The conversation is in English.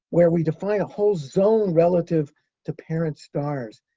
where we define a whole zone relative to parent stars,